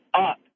up